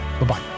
Bye-bye